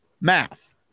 math